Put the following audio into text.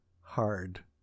hard